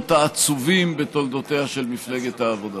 העצובים בתולדותיה של מפלגת העבודה,